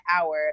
hour